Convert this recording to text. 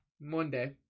Monday